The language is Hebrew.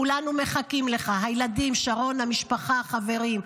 כולנו מחכים לך, הילדים, שרון, המשפחה, חברים.